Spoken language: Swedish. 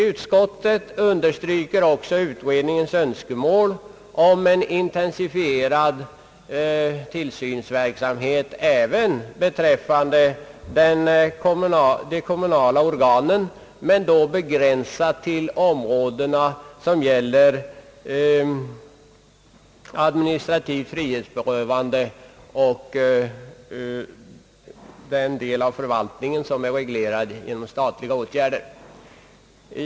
Utskottet understryker också utredningens önskemål om en intensifierad tillsynsverksamhet även beträffande de kommunala organen men då begränsad till de områden som gäller administrativt frihetsberövande och den del av förvaltningen som är reglerad genom statliga åtgärder.